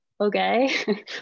Okay